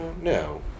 No